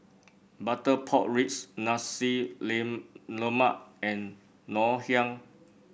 Butter Pork Ribs Nasi Lemak and Ngoh Hiang